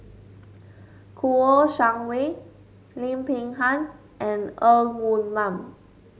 Kouo Shang Wei Lim Peng Han and Ng Woon Lam